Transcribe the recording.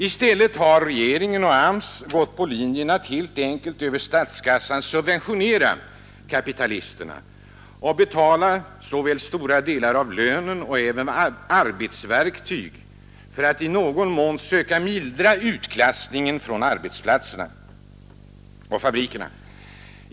I stället har regeringen och AMS gått på linjen att helt enkelt över statskassan subventionera kapitalisterna och betala såväl stora delar av lönen som arbetsverktyg för att i någon mån söka mildra utklassningen från arbetsplatserna, från fabrikerna.